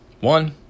One